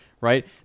right